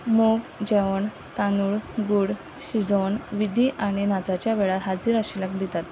मुग जेवण तांदूळ गूड शिजोवन विधी आनी नाचाच्या वेळार हाजीर आशिल्ल्यांक दितात